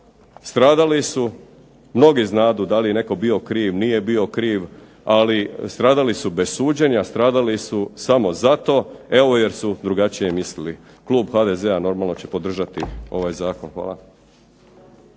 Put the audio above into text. stradali su. Mnogi znadu da li je netko bio kriv, nije bio kriv. Ali stradali su bez suđenja, stradali su samo zato evo jer su drugačije mislili. Klub HDZ-a normalno će podržati ovaj zakon. Hvala.